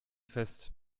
fest